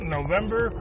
November